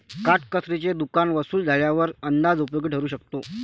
काटकसरीचे दुकान वसूल झाल्यावर अंदाज उपयोगी ठरू शकतो